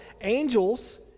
angels